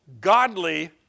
godly